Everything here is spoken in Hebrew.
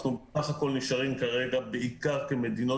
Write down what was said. אנחנו בסך הכול נשארים כרגע בעיקר עם מדינות